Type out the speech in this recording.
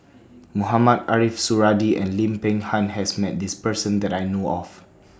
Mohamed Ariff Suradi and Lim Peng Han has Met This Person that I know of